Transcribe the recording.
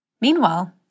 Meanwhile